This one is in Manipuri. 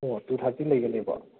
ꯑꯣ ꯇꯨ ꯊꯥꯔꯇꯤ ꯂꯩꯒꯅꯦꯕ